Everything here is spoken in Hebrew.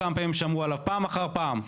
פעם אחר פעם.